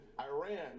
iran